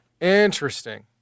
Interesting